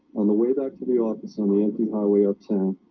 on the way back to the office on the empty highway uptown.